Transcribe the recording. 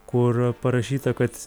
kur parašyta kad